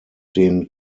den